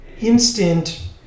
instant